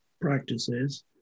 practices